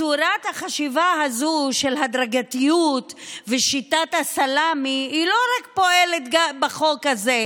צורת החשיבה הזאת של הדרגתיות ושיטת הסלמי פועלת לא רק בחוק הזה,